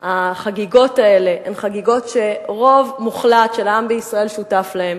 החגיגות האלה הן חגיגות שרוב מוחלט של העם בישראל שותף להן.